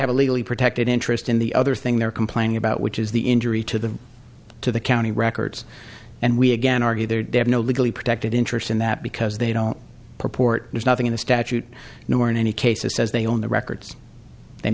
have a legally protected interest in the other thing they're complaining about which is the injury to the to the county records and we again argue there's no legally protected interest in that because they don't purport there's nothing in the statute nor in any case it says they own the records they